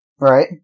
Right